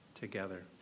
together